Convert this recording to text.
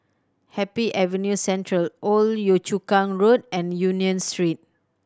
Happy Avenue Central Old Yio Chu Kang Road and Union Street